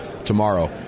tomorrow